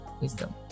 wisdom